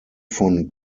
von